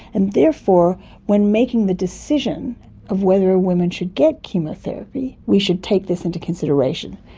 and therefore when making the decision of whether a woman should get chemotherapy we should take this into consideration,